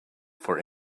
for